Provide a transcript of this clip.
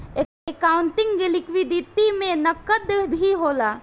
accounting liquidity में नकद भी होला